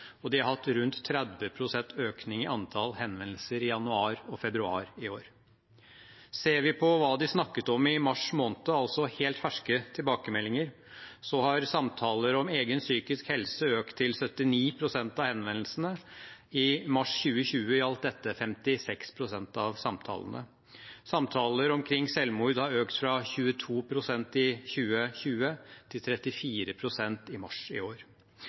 og de har hatt rundt 30 pst. økning i antall henvendelser i januar og februar i år. Ser vi på hva de snakket om i mars måned, altså helt ferske tilbakemeldinger, har samtaler om egen psykisk helse økt til 79 pst. av henvendelsene. I mars 2020 gjaldt dette 56 pst. av samtalene. Samtaler omkring selvmord har økt fra 22 pst. i 2020 til 34 pst. i mars i år.